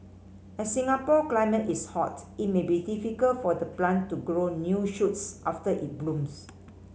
as Singapore climate is hot it may be difficult for the plant to grow new shoots after it blooms